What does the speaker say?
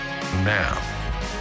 now